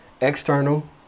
external